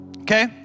okay